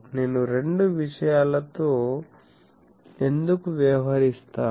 నేను రెండు విషయాలతో ఎందుకు వ్యవహరిస్తాను